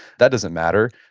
that doesn't matter.